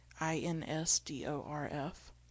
I-N-S-D-O-R-F